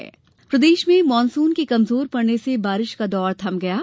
मौसम प्रदेश में मानसुन के कमजोर पड़ने से बारिश का दौर थम गया है